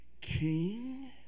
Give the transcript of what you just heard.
king